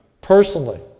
personally